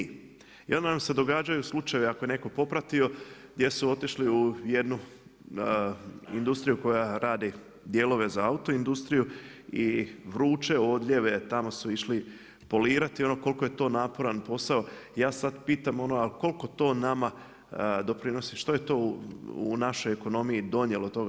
I onda nam se događaju slučajevi ako je neko popratio gdje su otišli u jednu industriju koja radi dijelove za auto industriju i vruće odljeve tamo su išli polirati koliko je to naporan posao, ja sada pitam ono a koliko to nama doprinosi, što je to u našoj ekonomiji donijelo toga?